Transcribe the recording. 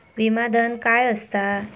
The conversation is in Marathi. विमा धन काय असता?